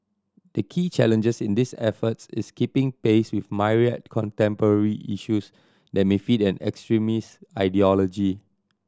the key challenges in these efforts is keeping pace with myriad contemporary issues that may feed an extremist ideology